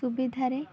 ସୁବିଧାରେ